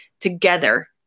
together